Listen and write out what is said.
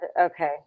Okay